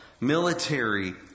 military